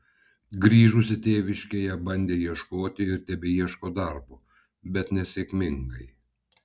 grįžusi tėviškėje bandė ieškoti ir tebeieško darbo bet nesėkmingai